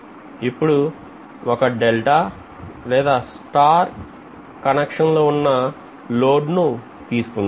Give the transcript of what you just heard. ఇప్పుడు ఒక డెల్టా లేదా స్టార్ కనెక్షన్లు ఉన్న ఒక లోడ్ తీసుకుందాం